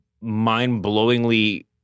mind-blowingly